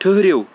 ٹھٔہرِو